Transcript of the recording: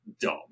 dumb